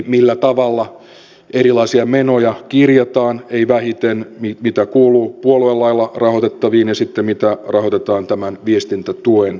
millä tavalla erilaisia menoja kirjataan ja ei vähiten mitkä kuuluvat puoluelailla rahoitettaviin ja mitä rahoitetaan tämän viestintätuen kautta